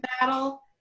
battle